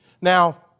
Now